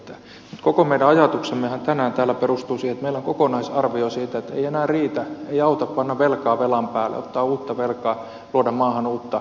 mutta koko meidän ajatuksemmehan tänään täällä perustuu siihen että meillä on kokonaisarvio siitä että ei enää riitä ei auta panna velkaa velan päälle ottaa uutta velkaa tuoda maahan uutta rahaa